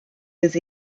was